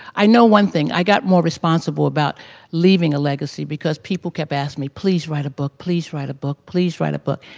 i know one thing i got more responsible about leaving a legacy because people kept asking me please write a book, please write a book, please write a book